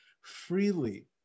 freely